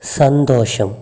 സന്തോഷം